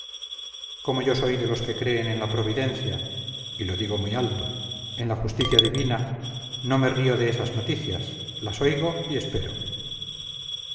como yo soy de los que creen en la providencia y lo digo muy alto en la justicia divina no me río de esas noticias las oigo y espero